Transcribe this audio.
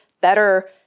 better